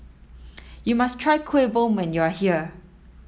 you must try Kueh Bom when you are here